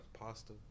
pasta